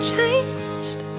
changed